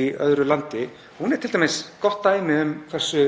í öðru landi er t.d. gott dæmi um hversu